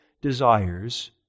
desires